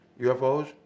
UFOs